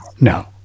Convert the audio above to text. no